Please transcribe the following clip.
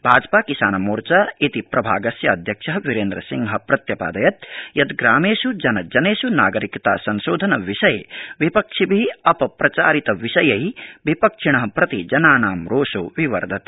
भाजपा किसान मोर्चा इति प्रभागस्य अध्यक्षः वीरेन्द्रसिंहः प्रत्यपादयत् यत् ग्रामेष् जन जनेष् नागरिकता संशोधन विषये विपक्षिभि अपप्रचारित विषयै विपक्षिण प्रति जनानां रोषो वर्धते